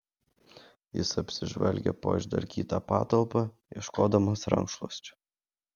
jis apsižvalgė po išdarkytą patalpą ieškodamas rankšluosčio